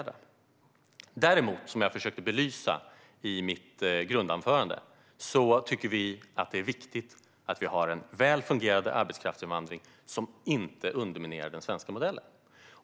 Däremot, som jag försökte belysa i mitt anförande, tycker vi att det är viktigt att vi har en väl fungerande arbetskraftsinvandring som inte underminerar den svenska modellen.